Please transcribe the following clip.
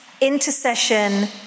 intercession